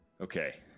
Okay